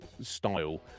style